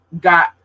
got